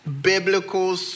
biblical